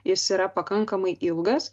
jis yra pakankamai ilgas